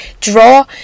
draw